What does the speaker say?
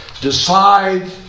decide